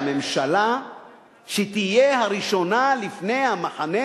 שהממשלה תהיה הראשונה לפני המחנה.